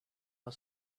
our